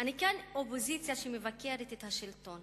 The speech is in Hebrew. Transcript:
אני כן אופוזיציה שמבקרת את השלטון,